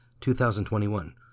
2021